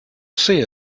see